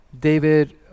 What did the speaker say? David